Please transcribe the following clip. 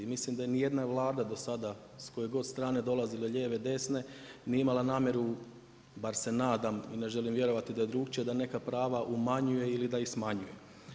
I mislim da ni jedna Vlada do sada, s koje god strane dolazile, lijeve, desne, nije imala namjeru, bar se nadam i ne želim vjerovati da je drugačije da neka prava umanjuje ili da ih smanjuje.